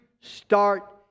start